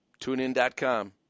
TuneIn.com